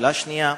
שאלה שנייה: